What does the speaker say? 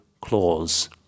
clause